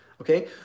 Okay